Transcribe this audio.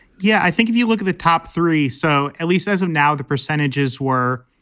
yeah, i think if you look at the top three, so at least as of now, the percentages were,